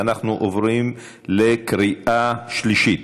ואנחנו עוברים לקריאה שלישית.